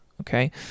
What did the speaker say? okay